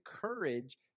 courage